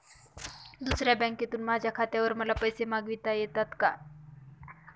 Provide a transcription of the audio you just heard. दुसऱ्या बँकेतून माझ्या खात्यावर मला पैसे मागविता येतात का?